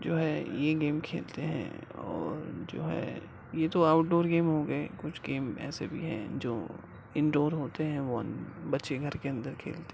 جو ہے یہ گیم کھیلتے ہیں اور جو ہے یہ تو آؤٹ ڈور گیم ہو گئے کچھ گیم ایسے بھی ہیں جو انڈور ہوتے ہیں بچے گھر کے اندر کھیلتے ہیں